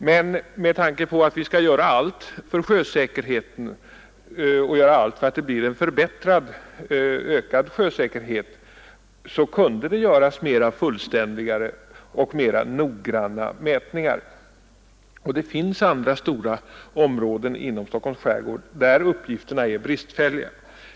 Men med tanke på att vi skall göra allt för att öka sjösäkerheten kunde det göras mera fullständiga och noggranna mätningar. Det finns andra stora områden inom Stockholms skärgård där uppgifterna är bristfälliga.